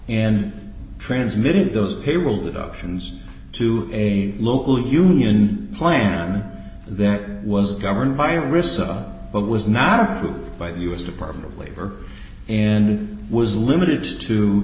and transmitted those payroll deductions to a local union plan that was governed by rissa but was not approved by the u s department of labor and was limited to